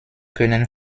können